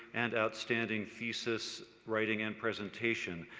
and outstanding thesis writing and presentation.